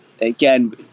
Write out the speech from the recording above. again